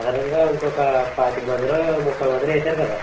అదనంగా ఇంకొక పాతికమందిలో ముప్పై మందిలో వేశారు కదా